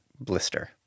blister